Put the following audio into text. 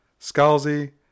Scalzi